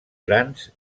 grans